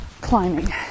climbing